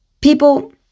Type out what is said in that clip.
People